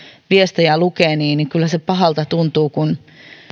viestejä lukee niin niin kyllä se pahalta tuntuu kun